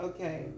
Okay